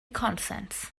consents